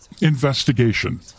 investigation